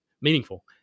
meaningful